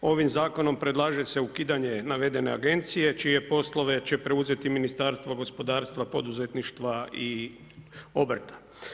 Ovim zakonom predlaže se ukidanje navedene agencije, čije poslove će preuzeti Ministarstvo gospodarstva poduzetništva i obrta.